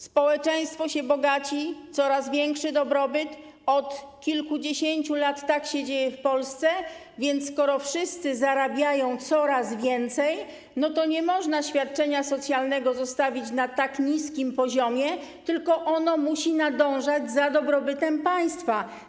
Społeczeństwo się bogaci, jest coraz większy dobrobyt, od kilkudziesięciu lat tak się dzieje w Polsce, więc skoro wszyscy zarabiają coraz więcej, to nie można zostawić świadczenia socjalnego na tak niskim poziomie, tylko ono musi nadążać za dobrobytem państwa.